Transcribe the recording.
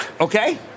Okay